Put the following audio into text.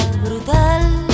brutal